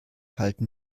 halten